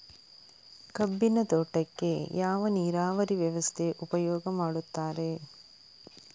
ಕಬ್ಬಿನ ತೋಟಕ್ಕೆ ಯಾವ ನೀರಾವರಿ ವ್ಯವಸ್ಥೆ ಉಪಯೋಗ ಮಾಡುತ್ತಾರೆ?